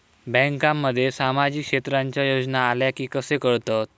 बँकांमध्ये सामाजिक क्षेत्रांच्या योजना आल्या की कसे कळतत?